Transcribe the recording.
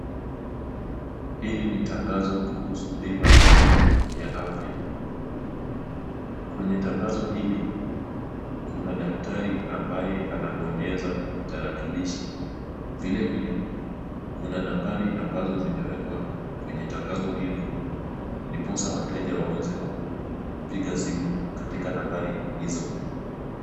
Hili ni tangazo kuhusu bima ya afya. Kwenye tangazo hili, kuna daktari ambaye anabonyeza tarakilishi. Vilevile, kuna nambari ambazo zimewekwa kwenye tangazo hili ndiposa wateja waweze kupiga simu katika nambari hizo.